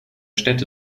städte